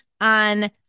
on